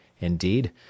Indeed